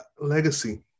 Legacy